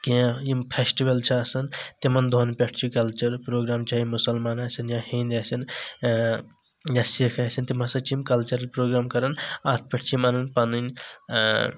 کیٚنٛہہ یِم فٮ۪سٹِول چھ آسان تِمن دۄہَن پٮ۪ٹھ چھ کلچرل پروگرام چاہے مُسلمان آسن یا ہیٚنٛدۍ آسن یا سِکھ آسن تِمہٕ ہسا چھ یِم کلچرل پروگرام کران اَتھ پٮ۪ٹھ چھ یِم انان پنٔنۍ